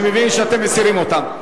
אני מבין שאתם מסירים אותן.